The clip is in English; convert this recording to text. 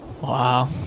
Wow